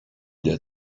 that